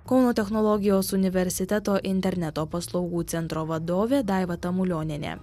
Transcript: kauno technologijos universiteto interneto paslaugų centro vadovė daiva tamulionienė